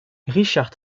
richard